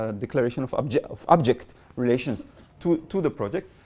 ah declaration of object of object relations to to the project.